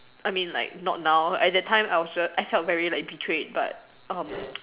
I mean like not now I that time I felt very like betrayed but um